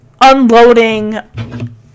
unloading